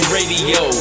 Radio